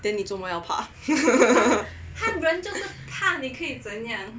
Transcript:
then 你做么要怕